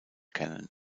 kennen